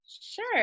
Sure